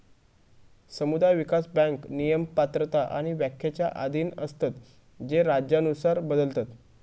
समुदाय विकास बँक नियम, पात्रता आणि व्याख्येच्या अधीन असतत जे राज्यानुसार बदलतत